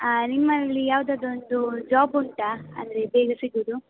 ನಿಮ್ಮಲ್ಲಿ ಯಾವುದಾದ್ರೊಂದು ಜಾಬ್ ಉಂಟಾ ಅಂದರೆ ಬೇಗ ಸಿಗೋದು